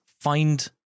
find